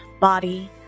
body